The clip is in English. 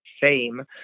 fame